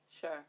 Sure